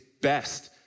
best